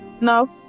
No